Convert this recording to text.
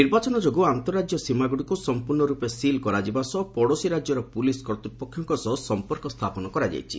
ନିର୍ବାଚନ ଯୋଗୁଁ ଆନ୍ତଃରାଜ୍ୟ ସୀମାଗୁଡ଼ିକୁ ସମ୍ପୂର୍ଣ୍ଣ ରୂପେ ସିଲ୍ କରାଯିବା ସହ ପଡ଼ୋଶୀ ରାଜ୍ୟର ପୁଲିସ୍ କର୍ତ୍ତୃପକ୍ଷଙ୍କ ସହ ସମ୍ପର୍କ ସ୍ଥାପନ କରାଯାଇଛି